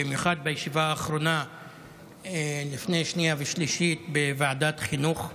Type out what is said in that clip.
במיוחד בישיבה האחרונה לפני שנייה ושלישית בוועדת חינוך,